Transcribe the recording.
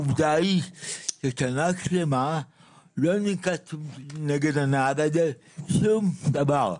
העובדה היא ששנה שלמה לא ננקט נגד הנהג הזה שום דבר.